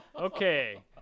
Okay